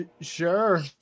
sure